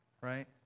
Right